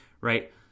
right